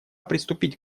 приступить